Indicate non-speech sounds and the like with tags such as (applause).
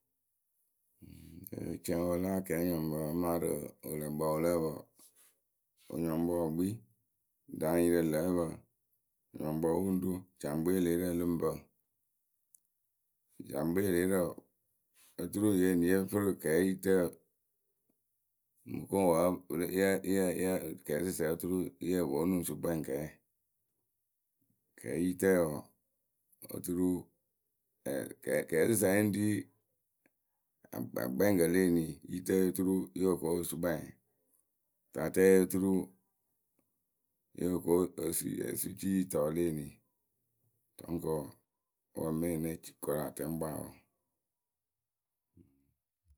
(hesitation) cɛŋwǝ la akɛɛnyɔŋpǝ amaa rɨ wɨlǝkpǝ wɨ lǝ́ǝ pǝ wǝǝ, wɨnyɔŋkpǝ wɨ kpii danyɩrǝ lǝ́ǝ pǝ wɨnyɔŋkpǝ wɨ ŋ ru jaŋkpeleerǝ lɨŋ pǝ. jaŋkpeleerǝ wǝǝ oturu yǝ eniyǝ we fɨ rɨ kɛɛyitǝyǝ mɨ ko wǝ́ yǝ yǝ yǝ kɛɛsɨsǝŋyǝ oturu yo pwo onuŋ sukpɛŋkɛɛyǝ. kɛɛyitǝyǝ wǝǝ oturu (hesitation) kɛɛsɨsǝŋyǝ we ŋ ri akpɛŋkǝ le eniyǝ yitǝ oturu yo ko osukpɛŋyǝ tatǝyǝ oturu yo ko osucitɔyǝ le eniyǝ dɔŋkǝ wǝǝ wǝǝ ŋme ne ci koru a tɛŋ ŋ kpaa wǝǝ.